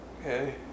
Okay